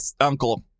uncle